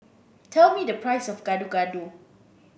tell me the price of Gado Gado